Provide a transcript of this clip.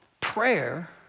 prayer